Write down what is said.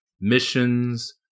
missions